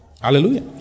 hallelujah